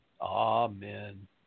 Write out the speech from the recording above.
Amen